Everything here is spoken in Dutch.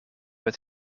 het